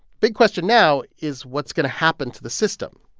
big question now is, what's going to happen to the system?